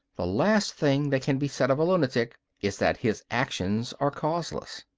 the last thing that can be said of a lunatic is that his actions are causeless.